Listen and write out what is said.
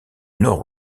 nord